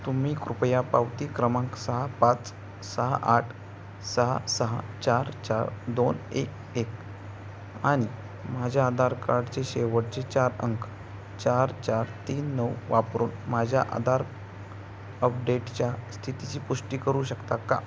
तुम्ही कृपया पावती क्रमांक सहा पाच सहा आठ सहा सहा चार चार दोन एक एक आणि माझ्या आधार कार्डचे शेवटचे चार अंक चार चार तीन नऊ वापरून माझ्या आधार अपडेटच्या स्थितीची पुष्टी करू शकता का